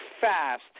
fast